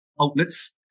outlets